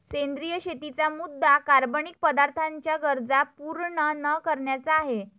सेंद्रिय शेतीचा मुद्या कार्बनिक पदार्थांच्या गरजा पूर्ण न करण्याचा आहे